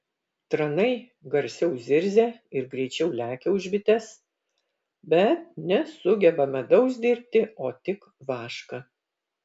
tranai garsiau zirzia ir greičiau lekia už bites bet nesugeba medaus dirbti o tik vašką